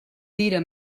tira